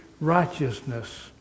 righteousness